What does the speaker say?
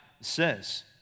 says